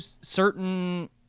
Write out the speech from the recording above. certain